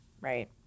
Right